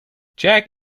jack